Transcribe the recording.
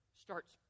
starts